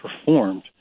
performed